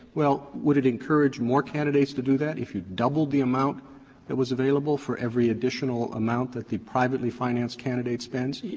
would it encourage more candidates to do that if you doubled the amount that was available for every additional amount that the privately financed candidate spends?